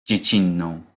dziecinną